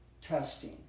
testing